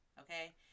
Okay